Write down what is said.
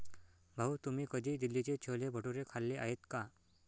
भाऊ, तुम्ही कधी दिल्लीचे छोले भटुरे खाल्ले आहेत का?